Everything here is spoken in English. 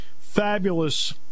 Fabulous